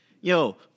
Yo